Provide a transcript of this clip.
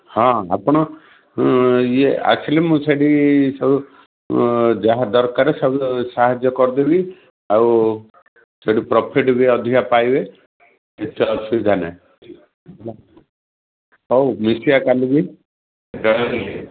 ହଁ ଆପଣ ଇଏ ଆସିଲେ ମୁଁ ସେଇଠି ସବୁ ଯାହା ଦରକାର ସବୁ ସାହାଯ୍ୟ କରିଦେବି ଆଉ ସେଠି ପ୍ରଫିଟ୍ ବି ଅଧିକା ପାଇବେ କିଛି ଅସୁବିଧା ନାହିଁ ହଉ ମିଶିବା କାଲିକି ରହିଲି